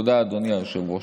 תודה, אדוני היושב-ראש.